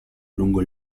lungo